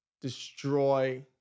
destroy